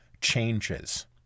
changes